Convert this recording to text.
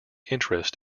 interest